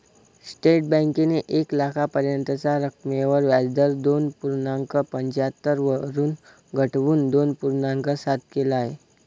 state बँकेने एक लाखापर्यंतच्या रकमेवर व्याजदर दोन पूर्णांक पंच्याहत्तर वरून घटवून दोन पूर्णांक सात केल आहे